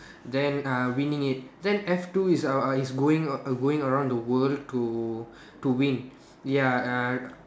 then uh winning it then F two is uh is going going around the world to to win ya uh